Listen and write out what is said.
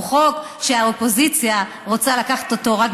הוא חוק שהאופוזיציה רוצה לקחת אותו ורק